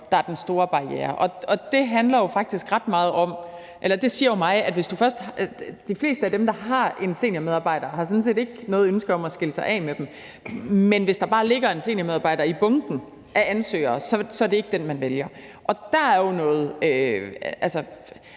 der er den store barriere. Det fortæller jo mig, at de fleste af dem, der har en seniormedarbejder, sådan set ikke har noget ønske om at skille sig af med dem. Men hvis der bare ligger en ansøgning fra en seniormedarbejder i bunken af ansøgere, er det ikke den, man vælger. Der er jo noget